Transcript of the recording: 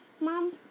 Mom